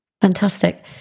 Fantastic